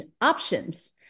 options